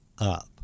up